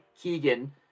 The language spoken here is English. Keegan